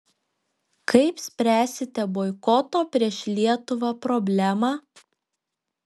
kaip spręsite boikoto prieš lietuvą problemą